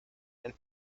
and